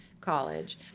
college